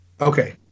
Okay